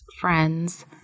friend's